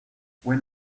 when